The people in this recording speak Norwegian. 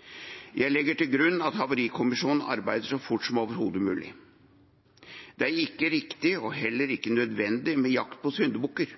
er ikke riktig og heller ikke nødvendig med en jakt på syndebukker.